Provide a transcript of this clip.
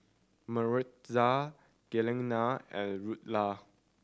Maritza Glenna and Luella